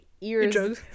ears